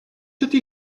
ydy